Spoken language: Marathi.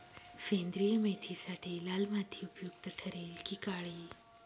सेंद्रिय मेथीसाठी लाल माती उपयुक्त ठरेल कि काळी?